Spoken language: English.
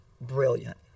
brilliant